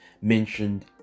mentioned